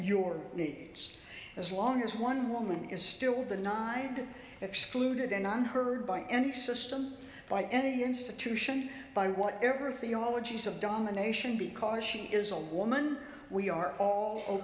your needs as long as one woman is still the ninety excluded and unheard by any system by any institution by whatever theologies of domination because she is a woman we are all